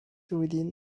within